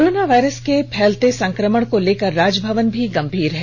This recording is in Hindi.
कोरोना वायरस के फैलते संकमण को लेकर राजभवन भी गंभीर है